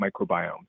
microbiome